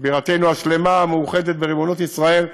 בירתנו השלמה והמאוחדת בריבונות ישראל,